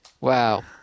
Wow